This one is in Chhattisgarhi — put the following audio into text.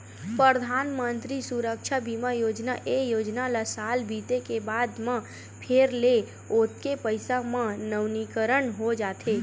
परधानमंतरी सुरक्छा बीमा योजना, ए योजना ल साल बीते के बाद म फेर ले ओतके पइसा म नवीनीकरन हो जाथे